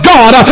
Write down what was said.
God